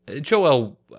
Joel